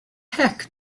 heck